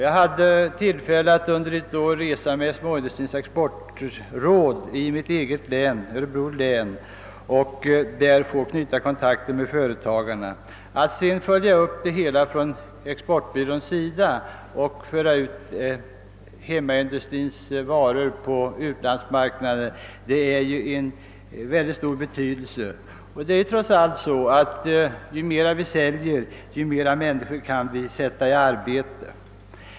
Jag hade en gång tillfälle att tillsammans med Småindustrins exportråd resa omkring i mitt hemlän, Örebro län, och knyta kontakter med företagarna där. Att denna verksamhet sedan följs upp av Småindustrins exportbyrå genom att industrins varor förs ut på utlandsmarknaden är ju av mycket stor betydelse. Det är trots allt så att vi kan sätta flera människor i arbete ju mer vi säljer.